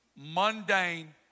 mundane